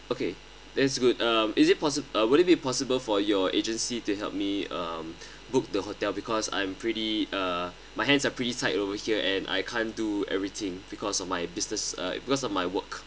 okay that's good um is it pos~ would it be possible for your agency to help me um book the hotel because I'm pretty uh my hands are pretty tight over here and I can't do everything because of my business uh because of my work